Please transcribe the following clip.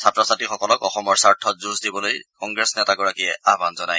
ছাত্ৰ ছাত্ৰীসকলক অসমৰ স্বাৰ্থত যূঁজ দিবলৈ কংগ্ৰেছ নেতাগৰাকীয়ে আয়ান জনায়